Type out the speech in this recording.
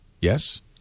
Yes